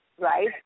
Right